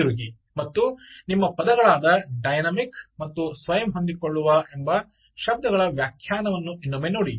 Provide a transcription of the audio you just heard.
ಹಿಂತಿರುಗಿ ಮತ್ತು ನಿಮ್ಮ ಪದಗಳಾದ "ಡೈನಾಮಿಕ್" ಮತ್ತು "ಸ್ವಯಂ ಹೊಂದಿಕೊಳ್ಳುವ" ಎಂಬ ಶಬ್ದಗಳ ವ್ಯಾಖ್ಯಾನವನ್ನು ಇನ್ನೊಮ್ಮೆ ನೋಡಿ